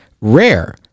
rare